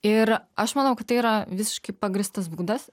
ir aš manau kad tai yra visiškai pagrįstas būdas